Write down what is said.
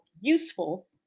useful